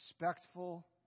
respectful